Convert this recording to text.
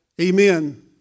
Amen